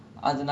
ya